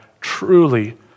truly